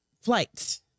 flights